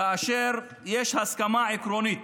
כאשר יש הסכמה עקרונית